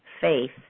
faith